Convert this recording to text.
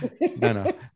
no